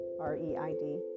R-E-I-D